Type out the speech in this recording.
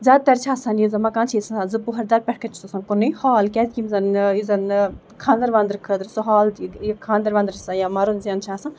زیادٕ تر چھِ آسان یہِ زَن مکان چھِ یہِ چھِ آسان اَسہِ زٕ پوٚہر دار پٮ۪ٹھٕ کٔنۍ چھُس آسان کُنُے ہال کیازِ کہِ یِم زَن یُس زَن خاندر واندر خٲطرٕ سُہ ہال تہٕ ییٚتہِ خاندر واندر چھِ آسان یا مَرُن زیوٚن چھُ آسان